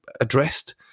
addressed